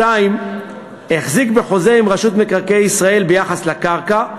2. החזיק בחוזה עם רשות מקרקעי ישראל ביחס לקרקע.